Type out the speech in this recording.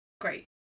great